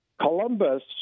Columbus